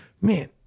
man